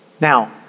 Now